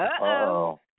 Uh-oh